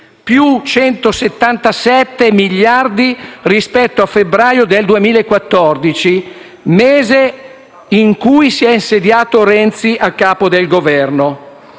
più 177 miliardi rispetto a febbraio del 2014, mese in cui si è insediato Renzi a capo del Governo.